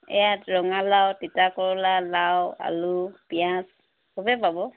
ইয়াত ৰঙালাউ তিতাকেৰেলা লাউ আলু পিয়াঁজ সবেই পাব